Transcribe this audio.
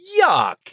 yuck